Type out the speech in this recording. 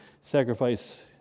sacrifice